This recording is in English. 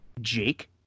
Jake